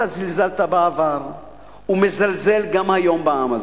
אתה זלזלת בעבר ומזלזל גם היום בעם הזה.